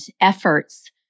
efforts